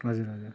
हजुर हजुर